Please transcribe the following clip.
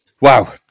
Wow